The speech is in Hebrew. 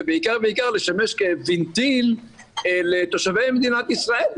ובעיקר בעיקר לשמש כוונטיל לתושבי מדינת ישראל,